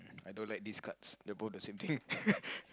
I don't like these cards they are both the same thing